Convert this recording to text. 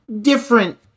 Different